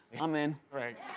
i'm in. alright,